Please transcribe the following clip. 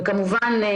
וכמובן,